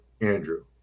Andrew